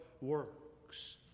works